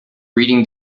reading